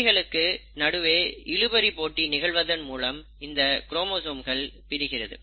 இவைகளுக்கு நடுவே இழுபறி போட்டி நிகழ்வதன் மூலம் இந்த குரோமோசோம்கள் பிரிகிறது